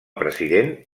president